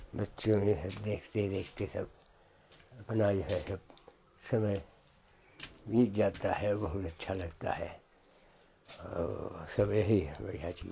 बच्चे यों हैं देखते देखते सब अपना जो है सब समय बीत जाता है बहुत अच्छा लगता है और सब यही है बढ़िया चीज़